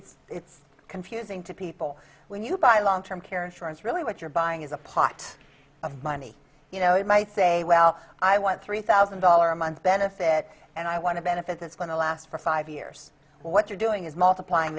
it's it's confusing to people when you buy long term care insurance really what you're buying is a pot of my you know he might say well i want three thousand dollars a month benefit and i want a benefit that's going to last for five years what you're doing is multiplying